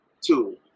Two